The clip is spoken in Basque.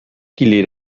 kili